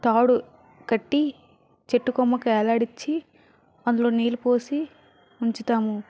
తాడు కట్టి చెట్టు కొమ్మకు వేలాడచ్చి అందులో నీరు పోసి ఉంచుతాము